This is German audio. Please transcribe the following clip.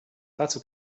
dazu